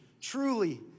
truly